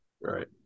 Right